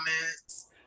comments